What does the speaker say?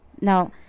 now